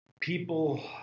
People